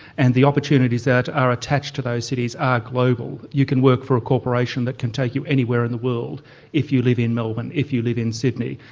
and the opportunity that are attached to those cities are global, you can work for a corporation that can take you anywhere in the world if you live in melbourne, if you live in sydney.